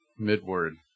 Mid-word